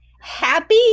happy